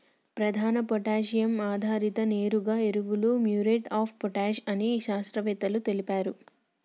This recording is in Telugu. ప్రధాన పొటాషియం ఆధారిత నేరుగా ఎరువులు మ్యూరేట్ ఆఫ్ పొటాష్ అని శాస్త్రవేత్తలు తెలిపారు